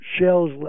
shells